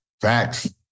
Facts